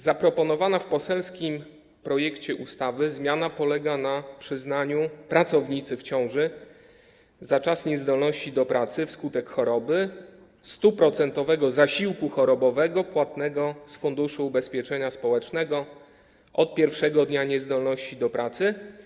Zaproponowana w poselskim projekcie ustawy zmiana polega na przyznaniu pracownicy w ciąży za czas niezdolności do pracy wskutek choroby 100-procentowego zasiłku chorobowego płatnego z Funduszu Ubezpieczenia Społecznego od pierwszego dnia niezdolności do pracy.